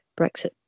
Brexit